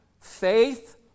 faith